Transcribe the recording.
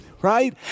right